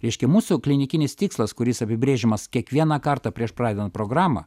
reiškia mūsų klinikinis tikslas kuris apibrėžiamas kiekvieną kartą prieš pradedant programą